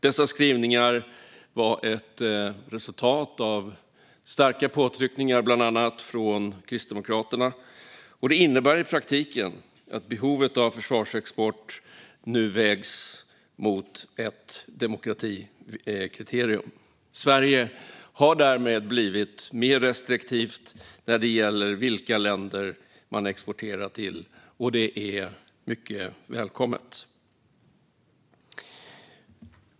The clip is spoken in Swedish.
Dessa skrivningar var ett resultat av starka påtryckningar från bland annat Kristdemokraterna och innebär i praktiken att behovet av försvarsexport nu vägs mot ett demokratikriterium. Sverige har därmed blivit mer restriktivt när det gäller vilka länder man exporterar till, och det är mycket välkommet.